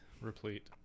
Replete